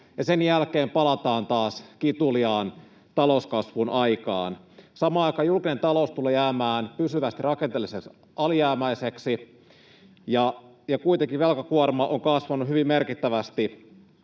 sen jälkeen palataan taas kituliaan talouskasvun aikaan. Samaan aikaan julkinen talous tulee jäämään pysyvästi rakenteellisesti alijäämäiseksi, ja kuitenkin velkakuorma on kasvanut hyvin merkittävästi